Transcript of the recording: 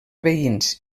veïns